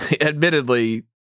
Admittedly